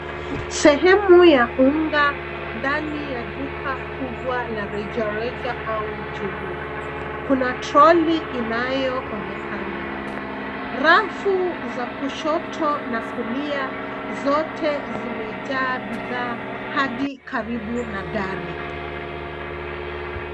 Sehemu ya unga ndani ya duka kubwa la rejareja au jumla. Kuna troli inayoonekana. Rafu za kushoto na kulia zote zimejaa baadhi hadi karibu na dari.